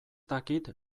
dakit